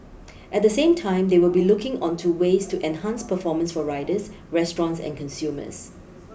at the same time they will be looking onto ways to enhance performance for riders restaurants and consumers